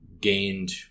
gained